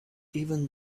even